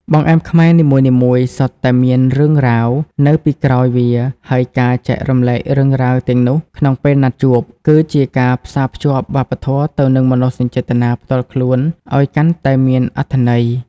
បង្អែមខ្មែរនីមួយៗសុទ្ធតែមាន «រឿងរ៉ាវ» នៅពីក្រោយវា ហើយការចែករំលែករឿងរ៉ាវទាំងនោះក្នុងពេលណាត់ជួប គឺជាការផ្សារភ្ជាប់វប្បធម៌ទៅនឹងមនោសញ្ចេតនាផ្ទាល់ខ្លួនឱ្យកាន់តែមានអត្ថន័យ។